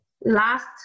last